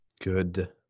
good